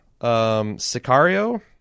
Sicario